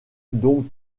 donc